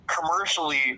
commercially